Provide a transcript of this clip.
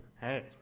Hey